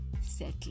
settle